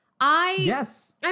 Yes